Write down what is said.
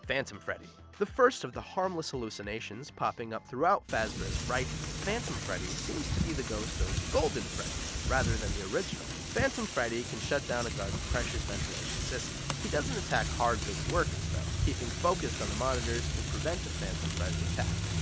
phantom freddy. the first of the harmless hallucinations popping up throughout fazbear's fright, phantom freddy seems to be the ghost of golden freddy, rather than the original. phantom freddy can shut down a guard's precious ventilation system. he doesn't attack hard, busy workers though, keeping focused on the monitors can prevent a phantom freddy attack.